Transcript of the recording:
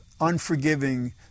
unforgiving